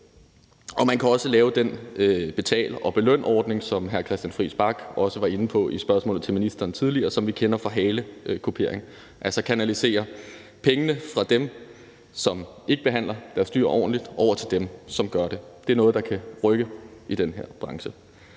Man kunne også lave den betal og beløn-ordning, som hr. Christian Friis Bach også tidligere var inde på i sit spørgsmål til ministeren, og som vi kender fra ordningen med halekupering, altså at man kanaliserer penge fra dem, som ikke behandler deres dyr ordentligt, over til dem, som gør det. Det er noget, der kan rykke i den her branche.